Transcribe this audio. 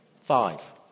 Five